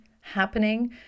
happening